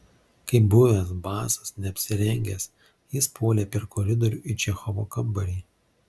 kaip buvęs basas neapsirengęs jis puolė per koridorių į čechovo kambarį